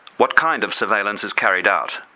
what kind of surveillance is carried out?